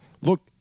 look